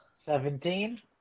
Seventeen